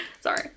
Sorry